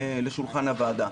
לשולחן הוועדה.